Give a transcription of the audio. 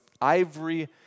ivory